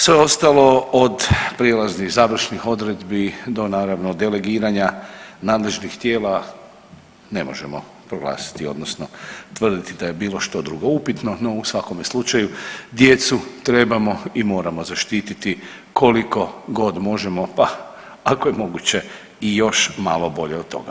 Sve ostalo od prijelaznih i završnih odredbi do, naravno, delegiranja nadležnih tijela, ne možemo proglasiti, odnosno tvrditi da je bilo što drugo upitno, no u svakome slučaju, djecu trebamo i moramo zaštiti koliko god možemo pa ako je moguće i još malo bolje od toga.